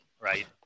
Right